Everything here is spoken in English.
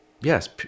yes